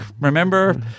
Remember